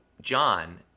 John